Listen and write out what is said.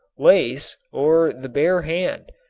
lace, or the bare hand.